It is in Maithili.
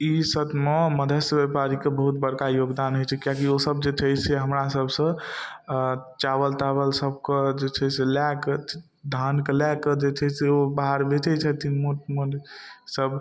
ईसब मे मदर्स व्यापारीके बहुत बड़का योगदान होइ छै किएक कि ओसब जे छै से हमरा सबसँ चावल तावल सबके जे छै से लए कऽ धानके लए कऽ जे छै से ओ बाहर बेचै छथिन मोट मोट सब